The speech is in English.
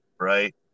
right